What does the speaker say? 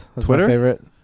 Twitter